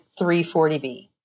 340B